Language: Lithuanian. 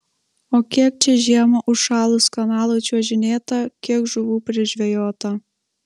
o kiek čia žiemą užšalus kanalui čiuožinėta kiek žuvų prižvejota